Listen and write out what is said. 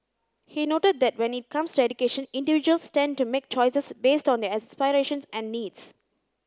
he noted that when it comes to education individuals tend to make choices based on their aspirations and needs